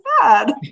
bad